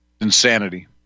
Insanity